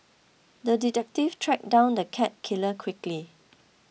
the detective tracked down the cat killer quickly